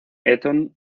eton